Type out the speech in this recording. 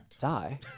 die